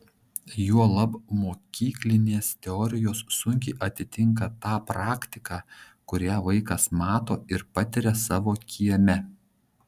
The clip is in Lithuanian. juolab mokyklinės teorijos sunkiai atitinka tą praktiką kurią vaikas mato ir patiria savo kieme